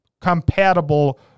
compatible